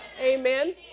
Amen